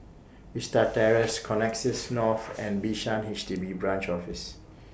Vista Terrace Connexis North and Bishan H D B Branch Office